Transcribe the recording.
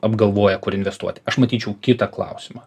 apgalvoja kur investuoti aš matyčiau kitą klausimą